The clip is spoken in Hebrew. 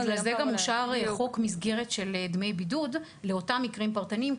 בגלל זה גם אושר חוק מסגרת של דמי בידוד לאותם מקרים פרטניים.